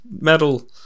Metal